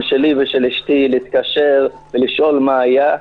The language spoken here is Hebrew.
שלי ושל אשתי להתקשר ולשאול מה היה,